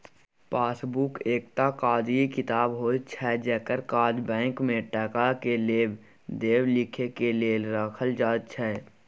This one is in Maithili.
पासबुक एकटा कागजी किताब होइत छै जकर काज बैंक में टका के लेब देब लिखे के लेल राखल जाइत छै